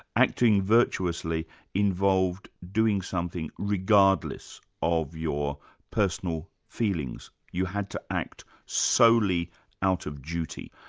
acting virtuously involved doing something regardless of your personal feelings. you had to act solely out of duty.